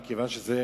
מכיוון שזה